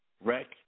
wreck